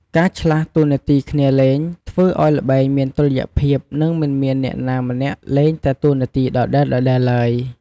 ការឆ្លាស់តួនាទីគ្នាលេង ធ្វើឱ្យល្បែងមានតុល្យភាព និងមិនមានអ្នកណាម្នាក់លេងតែតួនាទីដដែលៗទ្បើយ។